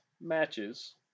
matches